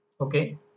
Okay